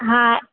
हा